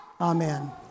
amen